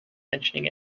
mentioning